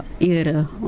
era